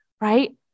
right